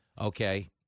Okay